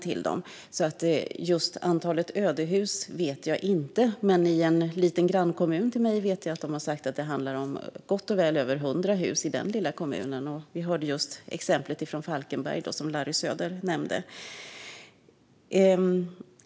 Jag vet inte vilket det exakta antalet ödehus är, men i en liten grannkommun till min vet jag att det handlar om gott och väl över 100 hus. Och vi hörde just exemplet från Falkenberg, som Larry Söder nämnde.